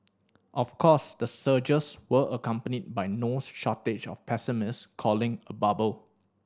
of course the surges were accompanied by no shortage of pessimist calling a bubble